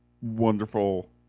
Wonderful